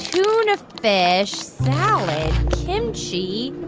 tuna fish, salad, kimchi?